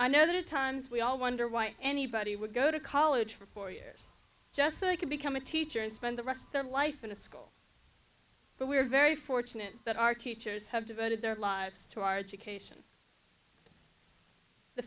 i know that at times we all wonder why anybody would go to college for four years just that i could become a teacher and spend the rest of their life in a school but we're very fortunate that our teachers have devoted their lives to our education the